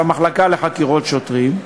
למחלקה לחקירות שוטרים,